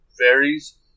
varies